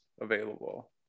available